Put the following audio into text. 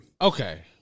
Okay